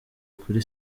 kuri